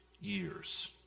years